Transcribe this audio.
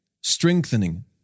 strengthening